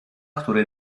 który